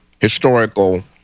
historical